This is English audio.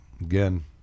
again